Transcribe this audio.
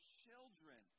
children